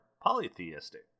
polytheistic